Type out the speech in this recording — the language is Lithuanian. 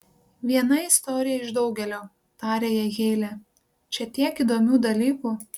viena istorija iš daugelio tarė jai heile čia tiek įdomių dalykų